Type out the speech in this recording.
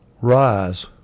rise